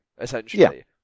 essentially